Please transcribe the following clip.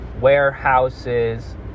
warehouses